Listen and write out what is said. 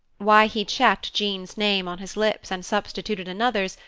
why he checked jean's name on his lips and substituted another's,